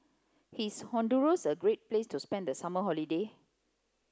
is Honduras a great place to spend the summer holiday